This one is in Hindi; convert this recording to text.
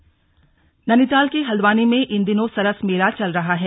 सरस मेला नैनीताल के हल्द्वानी में इन दिनों सरस मेला चल रहा है